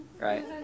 right